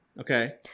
Okay